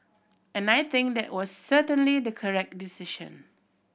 and I think that was certainly the correct decision